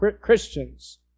Christians